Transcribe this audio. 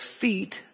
feet